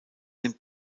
nimmt